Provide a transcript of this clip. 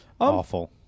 Awful